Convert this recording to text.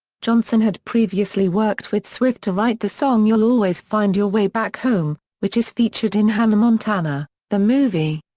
johnson had previously worked with swift to write the song you'll always find your way back home, which is featured in hannah montana the movie.